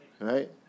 Right